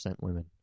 women